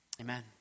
Amen